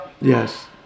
Yes